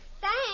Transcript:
Thanks